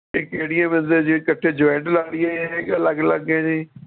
ਇਹ ਕਿਹੜੀਆਂ ਜੇ ਇਕੱਠੇ ਜੁਆਇੰਟ ਲਗਾ ਦੇਈਏ ਕੇ ਅਲੱਗ ਅਲੱਗ ਹੈ ਜੀ